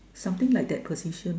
something like that position